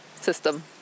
system